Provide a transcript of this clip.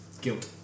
Guilt